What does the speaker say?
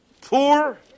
poor